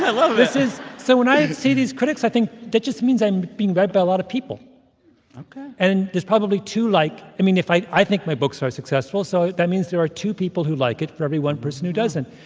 i love that this is so when i see these critics, i think that just means i'm being read by a lot of people ok and there's probably two like i mean, if i i think my books are successful, so that means there are two people who like it for every one person who doesn't.